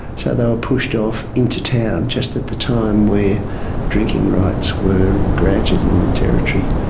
so they were pushed off into town, just at the time where drinking rights were granted in the territory.